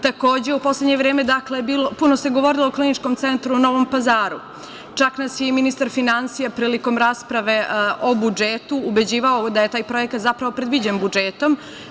Takođe, u poslednje vreme puno se govorilo o Kliničkom centru u Novom Pazaru, čak nas je i ministar finansija, prilikom rasprave o budžetu, ubeđivao da je taj projekat zapravo predviđen budžetom.